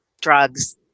drugs